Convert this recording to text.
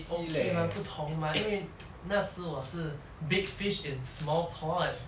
okay lah 不同 mah 因为那时我是 big fish in small pond